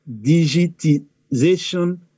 digitization